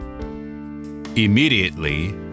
Immediately